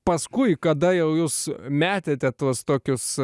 paskui kada jau jūs metėte tuos tokius